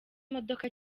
modoka